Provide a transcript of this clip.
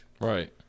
right